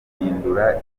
uguhindura